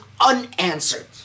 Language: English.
unanswered